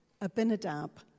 Abinadab